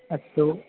अस्तु